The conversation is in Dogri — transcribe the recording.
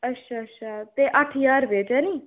अच्छा अच्छा ते अट्ठ ज्हार रपेऽ च ऐ निं